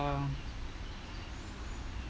!wah!